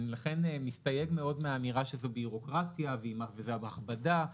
לכן אני מסתייג מאוד מהאמירה שזו בירוקרטיה ושזו הכבדה.